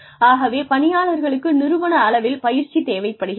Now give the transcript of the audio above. ஆகவே பணியாளர்களுக்கு நிறுவன அளவில் பயிற்சி தேவைப்படுகிறது